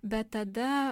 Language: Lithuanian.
bet tada